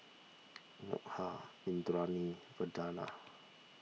Milkha Indranee Vandana